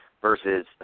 versus